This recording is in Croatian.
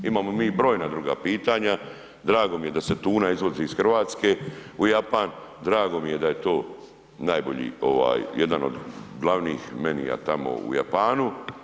Imamo mi i brojna druga pitanja, drago mi je da se tuna izvozi iz Hrvatske u Japan, drago mi je da to najbolji ovaj jedan od glavnih menia tamo u Japanu.